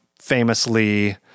famously